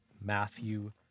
Matthew